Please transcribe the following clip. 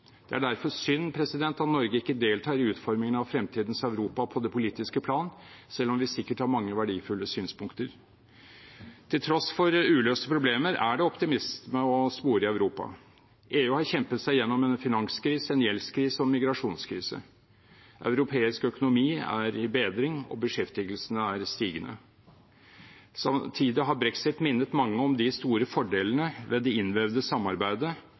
Det er derfor synd at Norge ikke deltar i utformingen av fremtidens Europa på det politiske plan, selv om vi sikkert har mange verdifulle synspunkter. Til tross for uløste problemer er det optimisme å spore i Europa. EU har kjempet seg igjennom en finanskrise, en gjeldskrise og en migrasjonskrise. Europeisk økonomi er i bedring, og beskjeftigelsene er stigende. Samtidig har brexit minnet mange om de store fordelene ved det innvevde samarbeidet